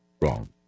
wrong